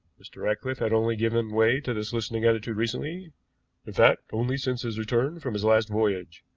mr. ratcliffe had only given way to this listening attitude recently in fact, only since his return from his last voyage.